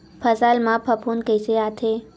फसल मा फफूंद कइसे आथे?